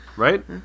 right